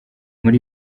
muri